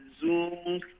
Zoom